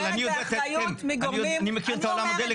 אבל אני מכיר את העולם הזה,